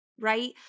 right